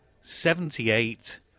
seventy-eight